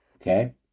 Okay